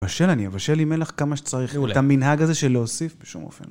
אבשל, אני אבשל עם מלח כמה שצריך. מעולה. את המנהג הזה של להוסיף בשום אופן.